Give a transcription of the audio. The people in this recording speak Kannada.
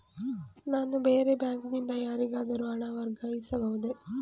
ನಾನು ಬೇರೆ ಬ್ಯಾಂಕಿನಿಂದ ಯಾರಿಗಾದರೂ ಹಣವನ್ನು ವರ್ಗಾಯಿಸಬಹುದೇ?